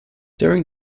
during